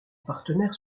partenaire